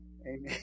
Amen